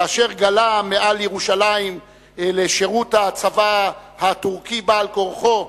כאשר גלה מעל ירושלים לשירות הצבא הטורקי בעל כורחו,